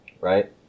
Right